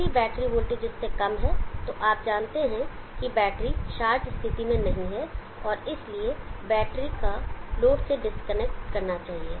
यदि battery voltage इससे कम है तो आप जानते हैं कि बैटरी चार्ज स्थिति में नहीं है और इसलिए बैटरी को लोड से डिस्कनेक्ट करना होगा